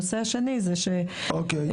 אוקיי.